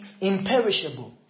imperishable